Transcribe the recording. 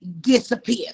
disappear